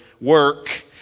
work